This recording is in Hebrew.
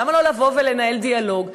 למה לא לבוא ולנהל דיאלוג?